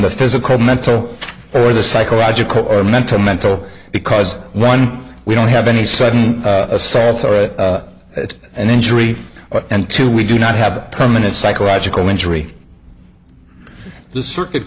the physical mental or the psychological or mental mental because one we don't have any sudden a sad story an injury and two we do not have permanent psychological injury to the circuit